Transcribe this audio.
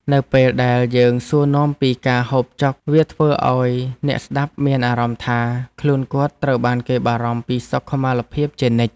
នៅពេលដែលយើងសួរនាំពីការហូបចុកវាធ្វើឱ្យអ្នកស្ដាប់មានអារម្មណ៍ថាខ្លួនគាត់ត្រូវបានគេបារម្ភពីសុខុមាលភាពជានិច្ច។